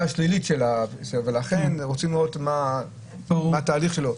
השלילית ולכן רוצים לראות מה התהליך שלו.